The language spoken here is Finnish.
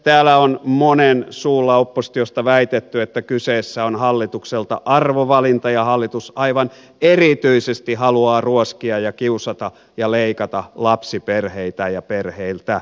täällä on monen suulla oppositiosta väitetty että kyseessä on hallitukselta arvovalinta ja että hallitus aivan erityisesti haluaa ruoskia ja kiusata ja leikata lapsiperheitä ja perheiltä